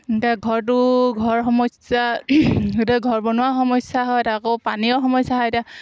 এতিয়া ঘৰটো ঘৰ সমস্যা সেইদৰে ঘৰ বনোৱা সমস্যা হয় তাৰপৰা আকৌ পানীৰ সমস্যা হয় এতিয়া